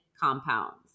compounds